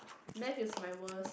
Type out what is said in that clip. maths is my worst